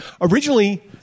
Originally